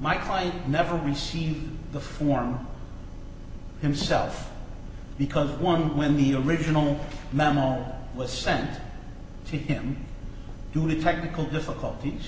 my client never received the form himself because one when the original memo was sent to him due to technical difficulties